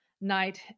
night